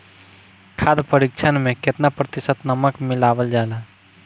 खाद्य परिक्षण में केतना प्रतिशत नमक मिलावल जाला?